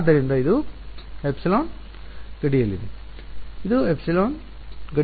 ವಿದ್ಯಾರ್ಥಿ ಆದ್ದರಿಂದ ಇದು ε ಗಡಿಯಲ್ಲಿದೆ ಇದು ε ಗಡಿಯ ನೆರೆಹೊರೆಯಲ್ಲಿದೆ